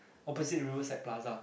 opposite river side plaza